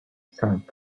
cinq